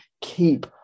keep